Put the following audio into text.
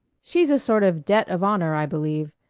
she's a sort of debt of honor, i believe.